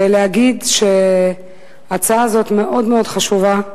ולהגיד שההצעה הזאת מאוד מאוד חשובה.